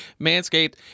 Manscaped